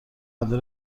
آینده